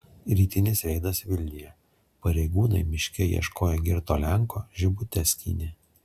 rytinis reidas vilniuje pareigūnai miške ieškoję girto lenko žibutes skynė